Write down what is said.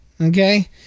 Okay